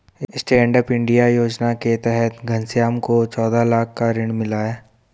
stand up India योजना के तहत घनश्याम को चौदह लाख का ऋण मिला है